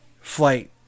flight